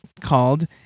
called